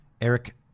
Eric